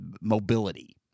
mobility